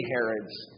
Herod's